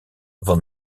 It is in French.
von